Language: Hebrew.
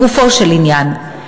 לגופו של עניין,